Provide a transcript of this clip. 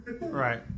Right